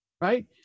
right